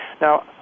Now